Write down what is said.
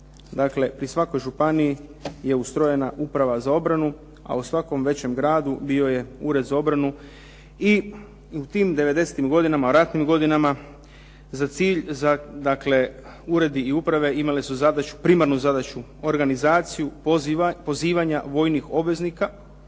kada su pri svakoj županiji je ustrojena Uprava za obranu, a u svakom većem gradu bio je ured za obranu i u tim '90.-im godinama, ratnim godinama ured i uprave imale su primarnu zadaću organizaciju pozivanja vojnih obveznika,